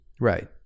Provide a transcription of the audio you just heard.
right